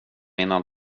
menar